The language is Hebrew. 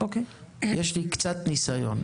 יש לי קצת ניסיון.